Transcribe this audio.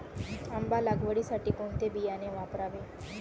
आंबा लागवडीसाठी कोणते बियाणे वापरावे?